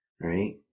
right